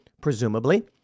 presumably